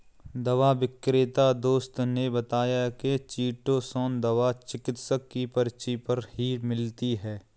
दवा विक्रेता दोस्त ने बताया की चीटोसोंन दवा चिकित्सक की पर्ची पर ही मिलती है